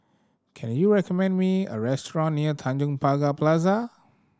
can you recommend me a restaurant near Tanjong Pagar Plaza